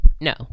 No